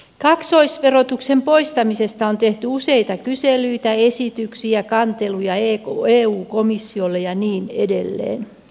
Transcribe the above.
kaksoisverotuksen poistamisesta on tehty useita kyselyitä esityksiä kanteluja eu komissiolle ja niin edelleen